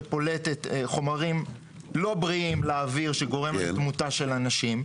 שפולטת חומרים לא בריאים לאוויר ושגורמת לתמותה של אנשים,